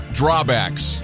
drawbacks